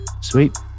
sweet